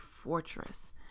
fortress